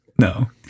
No